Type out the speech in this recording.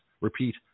repeat